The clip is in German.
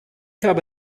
habe